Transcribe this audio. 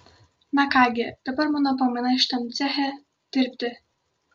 na ką gi dabar mano pamaina šitam ceche dirbti